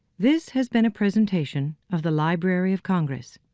this has been a presentation of the library of congress.